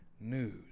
news